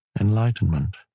enlightenment